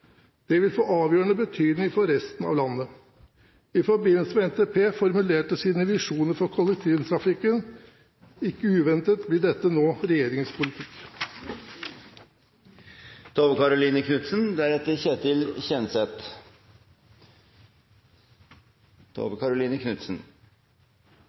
Det vil få avgjørende betydning for resten av landet. I forbindelse med NTP formulerte man sine visjoner for kollektivtrafikken. Ikke uventet blir dette nå regjeringens politikk.